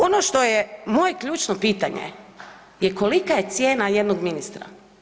Ono što je moje ključno pitanje je kolika je cijena jednom ministra?